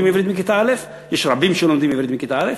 עברית מכיתה א'; יש רבים שלומדים עברית מכיתה א',